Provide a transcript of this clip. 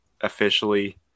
officially